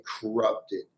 corrupted